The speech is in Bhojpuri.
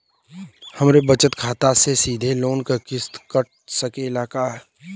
हमरे बचत खाते से सीधे लोन क किस्त कट सकेला का?